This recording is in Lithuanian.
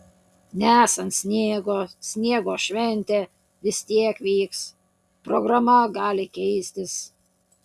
nesant sniego sniego šventė vis tiek vyks programa gali keistis